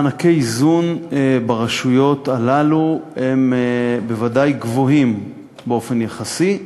מענקי איזון ברשויות הללו הם בוודאי גבוהים באופן יחסי,